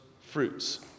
fruits